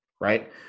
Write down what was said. right